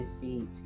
defeat